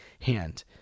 hand